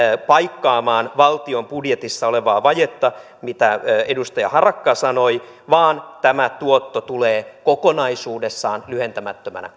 paikkaamaan valtion budjetissa olevaa vajetta kuten edustaja harakka sanoi vaan tämä tuotto tulee kokonaisuudessaan lyhentämättömänä